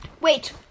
Wait